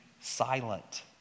silent